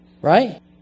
Right